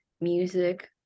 music